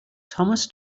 thomas